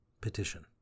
Petition